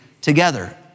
together